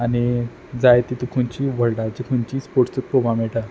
आनी जायती तुका खंयची वल्डाची खंयची स्पोटर्स तुका पोवोपा मेयटा